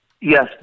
yes